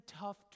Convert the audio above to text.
tough